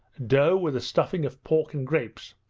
dough with a stuffing of pork and grapes.